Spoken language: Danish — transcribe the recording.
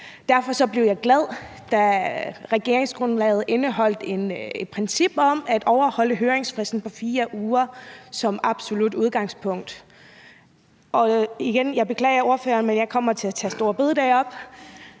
Derfor blev jeg glad, da regeringsgrundlaget indeholdt et princip om overholdelse høringsfristen på 4 uger som absolut udgangspunkt. Jeg beklager over for ordføreren, men jeg kommer til at tage store bededag op,